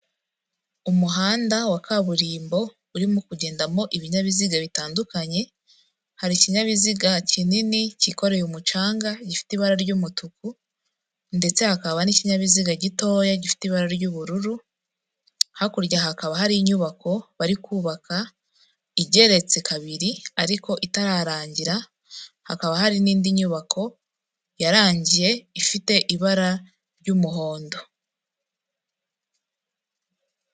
Umuhanda wa kaburimbo, urimo kugendamo ibinyabiziga bitandukanye, hari ikinyabiziga kinini cyikoreye umucanga gifite ibara ry'umutuku, ndetse hakaba n'ikinyabiziga gitoya gifite ibara ry'ubururu, hakurya hakaba hari inyubako barikubaka igeretse kabiri ariko itararangira, hakaba hari n'indi nyubako yarangiye ifite ibara ry'umuhondo.